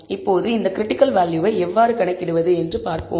இப்போது இந்த கிரிட்டிக்கல் வேல்யூவை எவ்வாறு கணக்கிடுவது என்று பார்ப்போம்